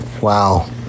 Wow